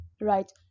right